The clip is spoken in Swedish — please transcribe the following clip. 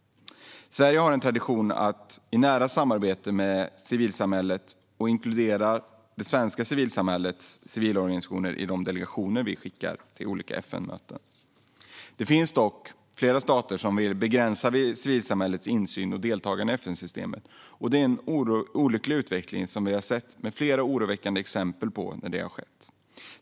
Sverige har en tradition av nära samarbete med civilsamhället och inkluderar svenska civilsamhällesorganisationer i de delegationer man skickar till olika FN-möten. Det finns dock flera stater som vill begränsa civilsamhällets insyn och deltagande i FN-systemet. Det är en olycklig utveckling som vi har sett flera oroväckande exempel på.